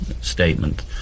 statement